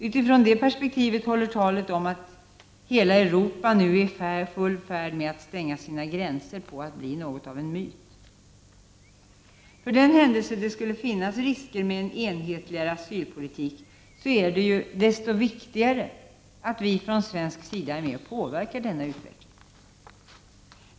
Utifrån det perspektivet håller talet om att hela Europa nu är i full färd med att stänga sina gränser på att bli något av en myt. För den händelse det skulle finnas risker med en enhetligare asylpolitik är det desto viktigare att vi från svensk sida är med och påverkar denna utveckling.